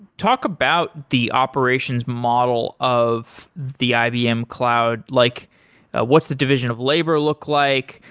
talk about the operations model of the ibm cloud, like what's the division of labor look like.